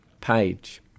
page